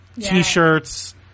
t-shirts